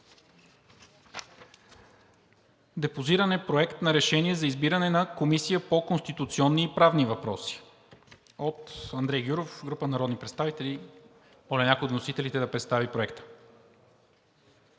Депозиран е Проект на решение за избиране на Комисия по конституционни и правни въпроси от народния представител Андрей Гюров и група народни представители. Моля някой от вносителите да представи Проекта.